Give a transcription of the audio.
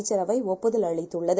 சரவைஒப்புதல்அளித்துள்ளது